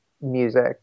music